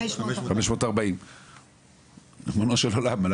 540. ריבונו של עולם,